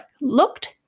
looked